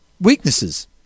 weaknesses